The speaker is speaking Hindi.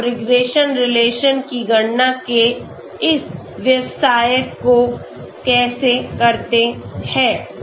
तो आप रिग्रेशन रिलेशन की गणना के इस व्यवसाय को कैसे करते हैं